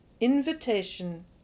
invitation